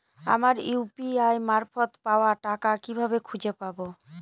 আমার ইউ.পি.আই মারফত পাওয়া টাকা কিভাবে খুঁজে পাব?